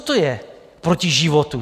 Co to je proti životu?